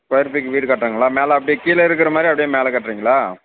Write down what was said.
square feet வீடு கட்டணும்ங்களா மேலே அப்டியே கீழே இருக்கிற மாதிரியே அப்டியே மேலே கட்டுறீங்களா